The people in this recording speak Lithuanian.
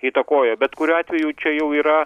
įtakojo bet kuriuo atveju čia jau yra